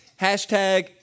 hashtag